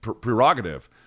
prerogative